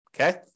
Okay